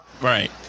Right